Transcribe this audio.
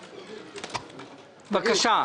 בבקשה.